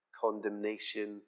condemnation